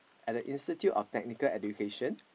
at the institute of technical education